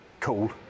Cool